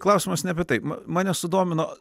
klausimas ne apie tai mane sudomino